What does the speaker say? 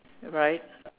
right